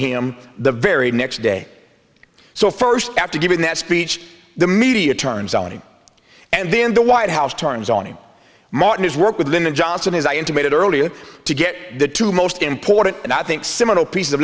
him the very next day so first after giving that speech the media turns out and then the white house turns on him martin is work with lyndon johnson is i intimated earlier to get the two most important and i think similar piece of